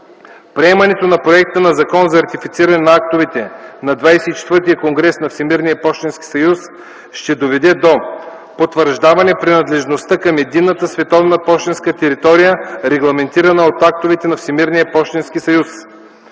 Приемането на проекта на закон за ратифициране на актовете на XXIV конгрес на Всемирния пощенски съюз ще доведе до: - потвърждаване принадлежността към единната световна пощенска територия, регламентирана от актовете на Всемирния пощенски съюз;